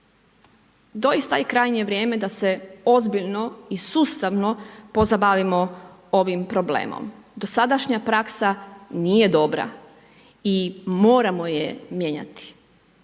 doista je krajnje vrijeme da se ozbiljno i sustavno pozabavimo ovim problemom. Dosadašnja praksa nije dobra i moramo je mijenjati.